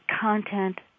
content